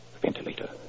Ventilator